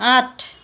आठ